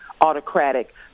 autocratic